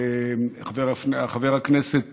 חבר הכנסת